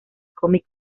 comic